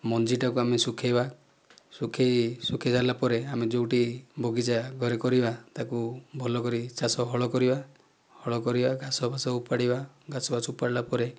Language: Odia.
ମଞ୍ଜିଟାକୁ ଆମେ ଶୁଖେଇବା ଶୁଖେଇ ଶୁଖେଇ ସାରିଲାପରେ ଆମେ ଯେଉଁଠି ବଗିଚା ଘରେ କରିବା ତାକୁ ଭଲ କରି ଚାଷ ହଳ କରିବା ହଳ କରିବା ଘାସ ଫାସ ଓପାଡ଼ିବା ଘାସ ଫାସ ଓପାଡ଼ିଲା ପରେ